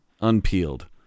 unpeeled